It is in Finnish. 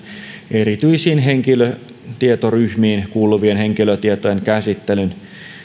erityisiin henkilötietoryhmiin kuuluvien henkilötietojen käsittelyn